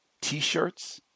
t-shirts